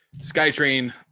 Skytrain